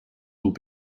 will